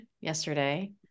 yesterday